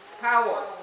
Power